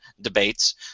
debates